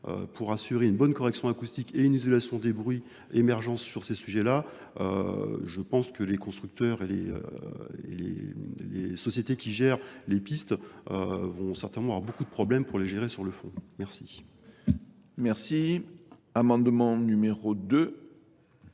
pour assurer une bonne correction acoustique et une isolation des bruits émergents sur ces sujets-là, je pense que les constructeurs et les sociétés qui gèrent les pistes vont certainement avoir beaucoup de problèmes pour les gérer sur le fond. Merci. Merci. Amendement numéro 2.